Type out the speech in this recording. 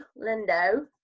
Lindo